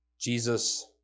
Jesus